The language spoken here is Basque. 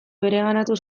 bereganatu